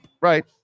right